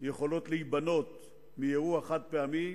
יכולות להיבנות מאירוע חד-פעמי,